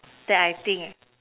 that I think